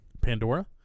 Pandora